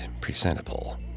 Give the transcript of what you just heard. presentable